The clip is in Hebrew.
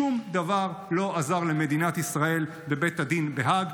שום דבר לא עזר למדינת ישראל בבית הדין בהאג,